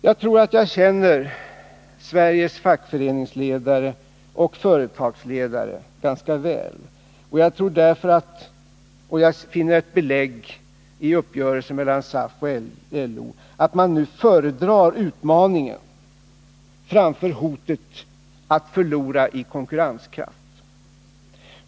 Jag tror att jag känner Sveriges fackföreningsledare och företagsledare ganska väl, och jag finner i uppgörelsen mellan SAF och LO ett belägg för att man nu föredrar utmaningen framför hotet att förlora i konkurrenskraft.